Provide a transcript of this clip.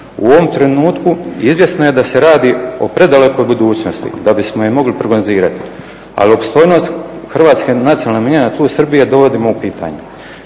U ovom trenutku izvjesno je da se radi o predalekoj budućnosti da bismo ju mogli prognozirati, ali … hrvatskih nacionalnih manjina na tlu Srbije dovodimo u pitanje,